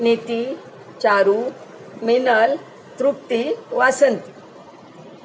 Niti Charu Meenal Trupti Vasanti